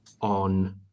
on